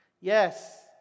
Yes